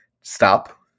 stop